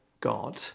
God